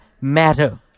matter